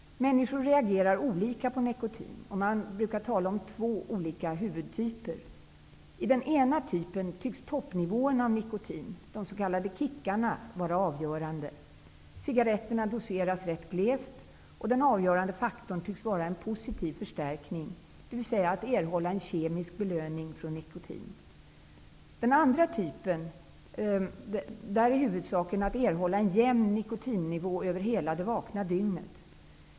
Människor reagerar olika på nikotin, och man brukar tala om två huvudtyper av rökbeteende. I den ena typen tycks toppnivåerna av nikotin, de s.k. kickarna, vara avgörande. Cigaretterna doseras rätt glest, och den avgörande faktorn tycks vara positiv förstärkning, dvs. att erhålla en kemisk belöning från nikotin. I den andra typen är huvudsaken att erhålla en jämn nikotinnivå över hela det vakna dygnet.